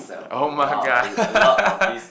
[oh]-my-god